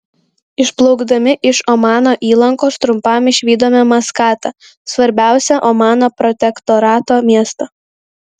išplaukdami iš omano įlankos trumpam išvydome maskatą svarbiausią omano protektorato miestą